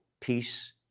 peace